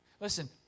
listen